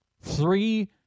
three